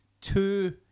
two